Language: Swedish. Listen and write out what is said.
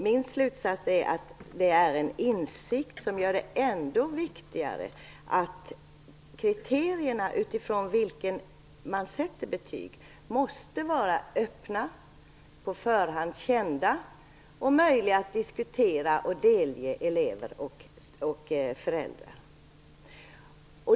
Min slutsats är att det är en insikt som gör det ännu viktigare att kriterierna utifrån vilka man sätter betyg måste vara öppna, på förhand kända och möjliga att diskutera och delge elever och föräldrar.